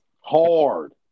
Hard